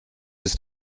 ist